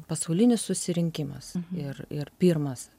pasaulinis susirinkimas ir ir pirmas